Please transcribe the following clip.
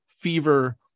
fever